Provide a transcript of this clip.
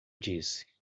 disse